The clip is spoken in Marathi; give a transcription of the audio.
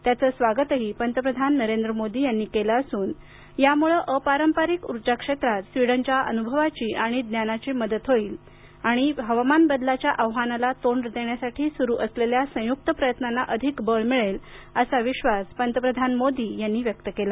त्याचं स्वागत पंत प्रधान नरेंद्र मोदी यांनी केलं असून यामुळं अपारपरिक उर्जा क्षेत्रात स्वीडन च्या अनुभवाची आणि ज्ञानाची मदत होईलआणि हवामान बदलाच्या आव्हानाला तोंड देण्यासाठी सुरू असलेल्या संयुक्त प्रयत्नांना अधिक बळ मिळेल असा विश्वास त्यांनी व्यक्त केला